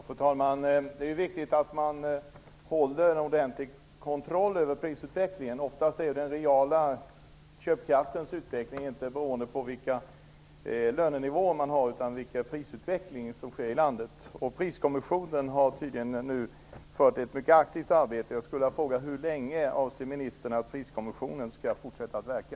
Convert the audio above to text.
Fru talman! Det är viktigt att man har prisutvecklingen under ordentlig kontroll. Oftast är den reala köpkraftens utveckling inte beroende av lönenivåerna, utan av prisutvecklingen i landet. Priskommissionen har tydligen bedrivit ett mycket aktivt arbete. Hur länge avser ministern att Priskommissionen skall fortsätta att verka?